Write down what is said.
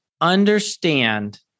understand